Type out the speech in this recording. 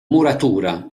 muratura